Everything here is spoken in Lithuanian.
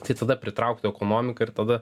tai tada pritrauktų ekonomiką ir tada